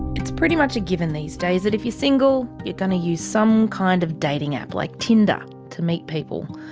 it's pretty much a given these days that if you're single, you're gonna to use some kind of dating app like tinder to meet people.